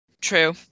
True